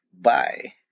Bye